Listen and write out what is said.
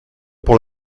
pour